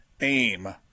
aim